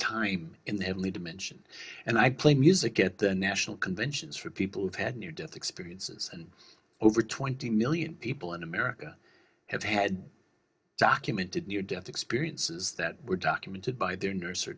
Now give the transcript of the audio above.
time in the heavenly dimension and i play music at the national conventions for people near death experiences and over twenty million people in america have had documented near death experiences that were documented by their nurse or